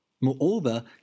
Moreover